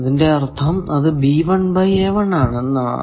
അതിന്റെ അർഥം അത് എന്നതാണ്